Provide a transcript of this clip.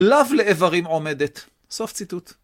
לאו לאיברים עומדת. סוף ציטוט.